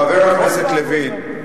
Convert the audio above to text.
חבר הכנסת לוין,